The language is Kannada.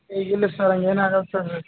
ಏ ಇಲ್ಲ ಸರ್ ಹಾಗೇನಾಗಲ್ಲ ಸರ್